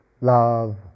love